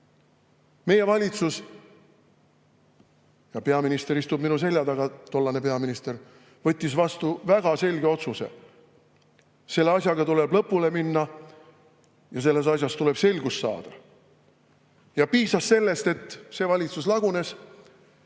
valitsus – tollane peaminister istub minu selja taga – võttis vastu väga selge otsuse: selle asjaga tuleb lõpule minna ja selles asjas tuleb selgus saada. Ja piisas sellest, et see valitsus lagunes,